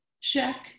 Check